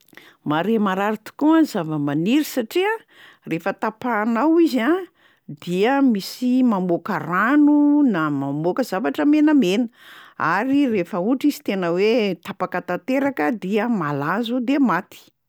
Mahare marary tokoa ny zava-maniry satria rehefa tapahanao izy a dia misy mamoaka rano na mamoaka zavatra menamena, ary rehefa ohatra izy tena hoe tapaka tanteraka dia malaza de maty.